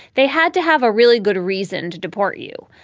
they had to have a really good reason to deport you.